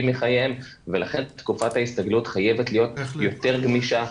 מחייהם ולכן תקופת ההסתגלות חייבת להיות יותר גמישה,